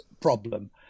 problem